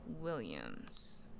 Williams